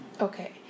Okay